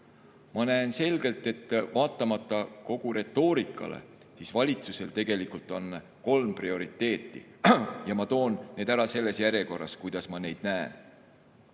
Ma näen selgelt, et vaatamata kogu retoorikale on valitsusel tegelikult kolm prioriteeti, ja ma toon need ära selles järjekorras, kuidas ma neid näen.